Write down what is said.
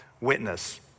witness